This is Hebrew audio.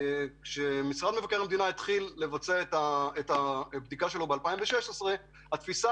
כשמשרד מבקר המדינה התחיל לבצע את הבדיקה שלו ב-2016 התפיסה